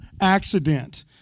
accident